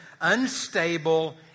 unstable